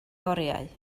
oriau